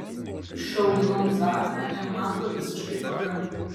išauginau zaką ir man to visiškai pakanka